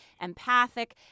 empathic